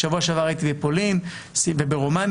בשבוע שעבר הייתי בפולין, ברומניה.